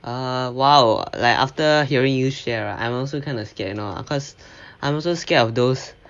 ah !wow! like after hearing you share right I'm also kind of scared you know because I'm also scared of those